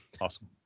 Awesome